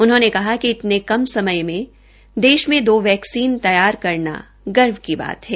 उन्होंने कहा कि इतने कम समय में देष में दो वैक्सीन तैयार करना गर्व की बात है